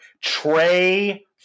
Trey